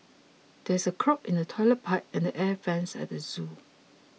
there's a clog in the Toilet Pipe and Air Vents at the zoo